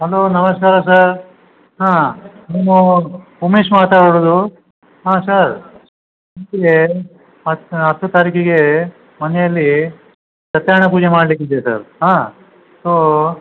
hello ನಮಸ್ಕಾರ sir ಹಾಂ ನಾವು ಉಮೇಶ್ ಮಾತಾಡೋದು ಹಾಂ ಸರ್ ಪತ್ ಹತ್ತು ತಾರೀಖಿಗೆ ಮನೆಯಲ್ಲಿ ಸತ್ಯಾರ್ಣ ಪೂಜೆ ಮಾಡಲಿಕ್ಕಿದೆ ಸರ್ ಹಾಂ ಸೋ